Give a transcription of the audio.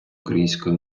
української